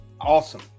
awesome